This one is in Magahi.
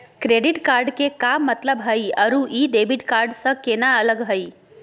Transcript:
क्रेडिट कार्ड के का मतलब हई अरू ई डेबिट कार्ड स केना अलग हई?